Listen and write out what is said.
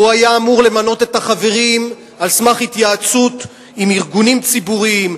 והוא היה אמור למנות את החברים על סמך התייעצות עם ארגונים ציבוריים,